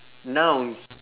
nouns